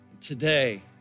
Today